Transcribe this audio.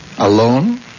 Alone